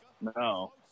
no